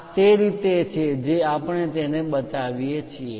આ તે રીતે છે જે આપણે તેને બતાવીએ છીએ